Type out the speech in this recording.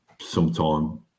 sometime